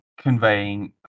conveying